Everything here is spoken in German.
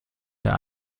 der